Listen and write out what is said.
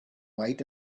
white